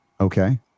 okay